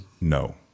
No